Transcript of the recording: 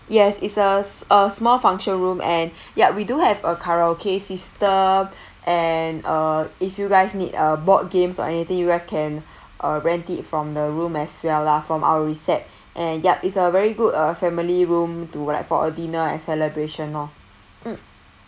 yes it's a a small function room and ya we do have a karaoke system and uh if you guys need uh board games or anything you guys can uh rent it from the room as well lah from our recep and ya is a very good uh family room to like for a dinner and celebration lor mm